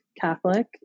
catholic